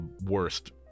worst